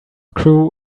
crew